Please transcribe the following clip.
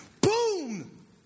boom